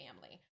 family